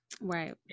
right